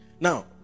now